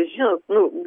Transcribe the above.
žinot nu